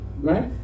right